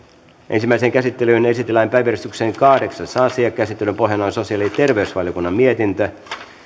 ensimmäiseen käsittelyyn esitellään päiväjärjestyksen kahdeksas asia käsittelyn pohjana on sosiaali ja terveysvaliokunnan mietintö